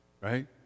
right